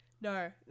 No